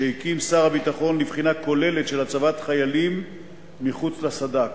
שהקים שר הביטחון לבחינה כוללת של הצבת חיילים מחוץ לסד"כ.